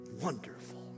wonderful